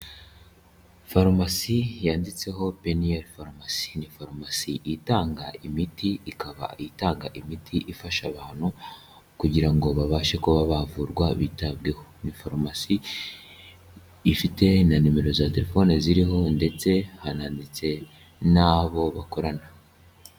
Faromasi yanditseho beniyeri faromasi, ni faromasi itanga imiti, ikaba itanga imiti ifasha abantu kugira ngo babashe kuba bavurwa bitabweho. Ni faromasi ifite na nimero za telefoni ziriho ndetse hananditse n'abo bakorana.